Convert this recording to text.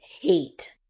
hate